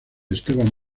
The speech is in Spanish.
esteban